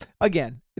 again